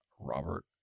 robert